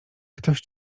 ktoś